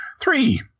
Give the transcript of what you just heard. Three